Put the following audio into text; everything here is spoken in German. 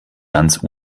ganz